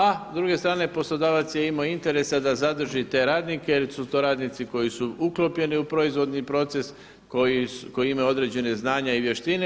A s druge strane poslodavac je imao interesa da zadrži te radnike jer su to radnici koji su uklopljeni u proizvodni proces, koji imaju određena znanja i vještine.